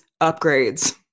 upgrades